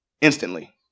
instantly